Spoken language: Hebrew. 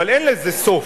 אבל אין לזה סוף.